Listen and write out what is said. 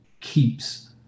keeps